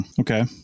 okay